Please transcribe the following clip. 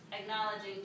acknowledging